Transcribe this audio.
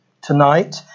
tonight